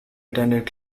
attended